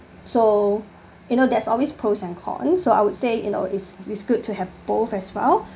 so you know there's always pros and cons so I would say you know it's it's good to have both as well